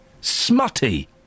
Smutty